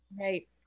right